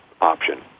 option